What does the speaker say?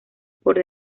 por